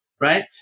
Right